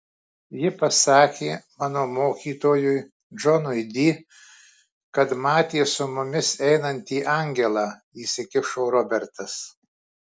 ji pasakė mano mokytojui džonui di kad matė su mumis einantį angelą įsikišo robertas